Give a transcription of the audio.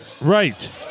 right